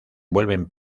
vuelven